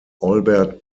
albert